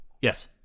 Yes